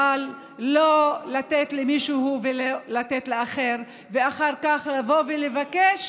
אבל לא לתת למישהו ולא לאחר ואחר כך לבוא ולבקש